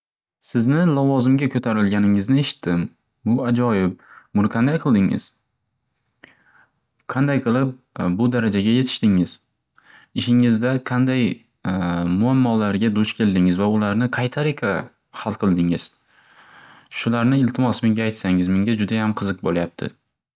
Sizni lavozimga ko'tarilgangizni eshitdim. Bu ajoyib. Buni qanday qildingiz? Qanday qilib bu darajaga yetishdingiz? Ishingizda qanday muammolarga duch keldingiz va ularni qay tariqa hal qildingiz? Shularni iltimos menga aytsangiz, menga judayam qiziq bo'lyabdi.